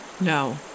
No